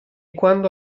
quando